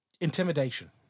intimidation